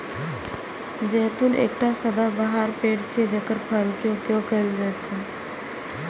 जैतून एकटा सदाबहार पेड़ छियै, जेकर फल के उपयोग कैल जाइ छै